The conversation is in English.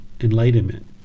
enlightenment